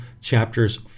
chapters